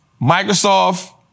Microsoft